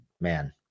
man